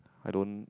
I don't